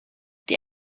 die